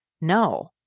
no